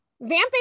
Vamping